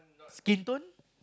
skin tone